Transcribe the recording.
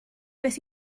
beth